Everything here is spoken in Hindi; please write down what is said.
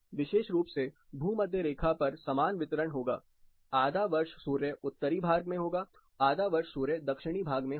विशेष रूप से भूमध्य रेखा पर समान वितरण होगा आधा वर्ष सूर्य उत्तरी भाग में होगा आधा वर्ष दक्षिणी भाग की ओर होगा